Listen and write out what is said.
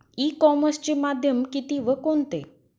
E कॉमर्सचे माध्यम किती व कोणते?